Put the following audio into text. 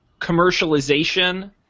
commercialization